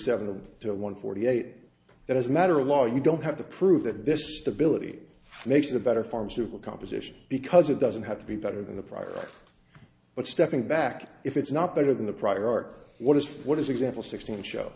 seven to one forty eight that as a matter of law you don't have to prove that this stability makes a better pharmaceutical composition because it doesn't have to be better than the prior but stepping back if it's not better than the prior art what is what is example sixteen show